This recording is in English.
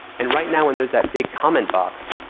and right now, when there's that big comment box,